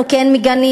אנחנו כן מגנים.